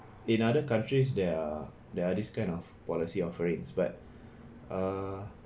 in other countries there are there are these kind of policy offerings but err